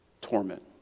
torment